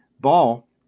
ball